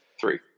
Three